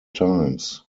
times